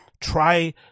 try